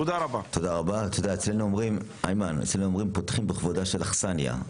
אצלנו אומרים שפותחים בכבודה של אכסניה.